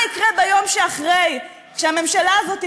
מה יקרה ביום שאחרי, כשהממשלה הזאת תיפול?